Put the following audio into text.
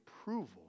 approval